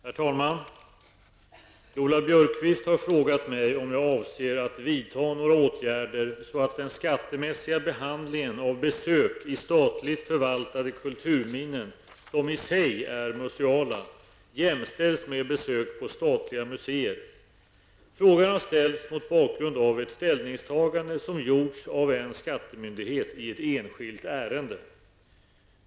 Herr talman! Lola Björkquist har frågat mig om jag avser att vidta några åtgärder så att den skattemässiga behandlingen av besök i statligt förvaltade kulturminnen, som i sig är museala, jämställs med besök på statliga museer. Frågan har ställts mot bakgrund av ett ställningstagande som gjorts av en skattemyndighet i ett enskilt ärende.